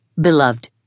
Beloved